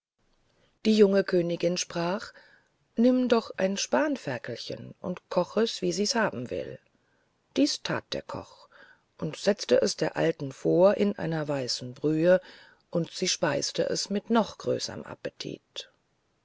die junge königin sprach nimm doch ein spanferkelchen und koch es wie sies gern haben will das that der koch und setzte es der alten vor in einer weißen brühe und sie speiste es mit noch größerm appetit